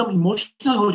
emotional